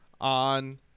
on